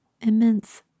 immense